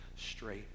straight